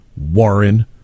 Warren